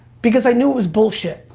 because i knew it was bullshit,